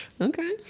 Okay